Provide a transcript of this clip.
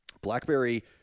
BlackBerry